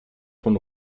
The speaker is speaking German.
von